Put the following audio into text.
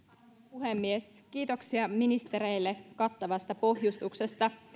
puhemies kiitoksia ministereille kattavasta pohjustuksesta